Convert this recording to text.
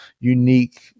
unique